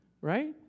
Right